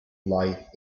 life